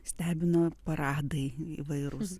stebino paradai įvairūs